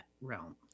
realm